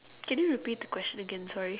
can you repeat the question again sorry